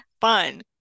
fun